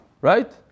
right